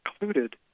included